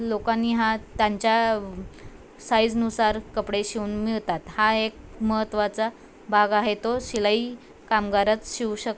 लोकांनी हा त्यांच्या साईजनुसार कपडे शिवून मिळतात हा एक महत्त्वाचा भाग आहे तो शिलाई कामगारच शिवू शकतो